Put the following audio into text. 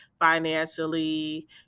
financially